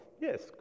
Yes